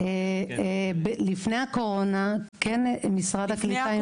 לפני הקורונה משרד הקליטה כן --- לפני